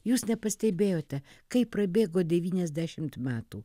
jūs nepastebėjote kaip prabėgo devyniasdešimt metų